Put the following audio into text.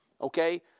okay